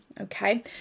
okay